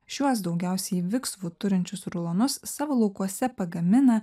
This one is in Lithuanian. šiuos daugiausiai viksvų turinčius rulonus savo laukuose pagamina